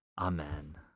Amen